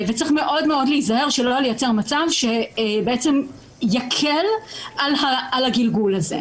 צריך להיזהר מאוד שלא לייצר מצב שיקל על הגלגול הזה.